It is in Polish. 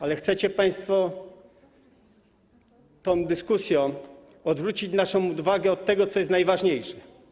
Ale chcecie państwo tą dyskusją odwrócić naszą uwagę od tego, co jest najważniejsze.